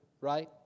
right